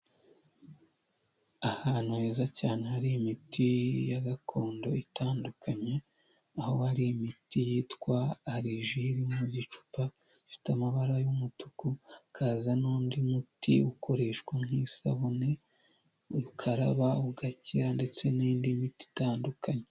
Ahantu heza cyane hari imiti ya gakondo itandukanye, aho hari imiti yitwa areriji iri mu gicupa gifite amabara y'umutuku, hakaza n'undi muti ukoreshwa nk'isabune, ukaraba ugakira ndetse n'indi miti itandukanye.